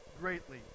greatly